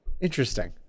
Interesting